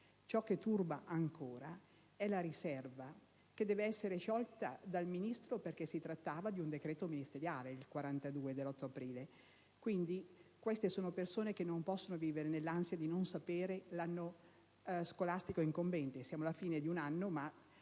Ciò che turba ancora è la riserva, che deve essere sciolta dal Ministro dal momento che si trattava di un decreto ministeriale, il n. 42 dell'8 aprile 2009, e queste persone non possono vivere nell'ansia di non sapere. L'anno scolastico è incombente; siamo alla fine di un anno, ma